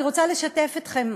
אני רוצה לשתף אתכם.